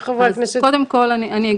למה שחברי הכנסת --- במהלך השינויים